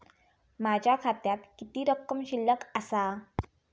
माझ्या खात्यात किती रक्कम शिल्लक आसा?